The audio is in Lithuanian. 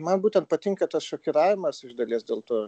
man būtent patinka tas šokiravimas iš dalies dėl to